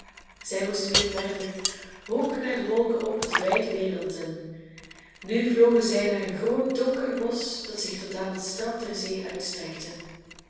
zij moesten weer verder hoog naar de wolken op de wijde wereld in nu vlogen zij naar een groot donker bosch dat zich tot aan het strand der zee uitstrekte